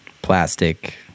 Plastic